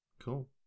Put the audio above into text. cool